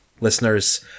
listeners